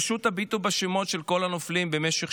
פשוט הביטו בשמות של כל הנופלים במשך